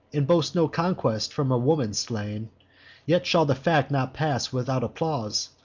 and boast no conquest, from a woman slain yet shall the fact not pass without applause,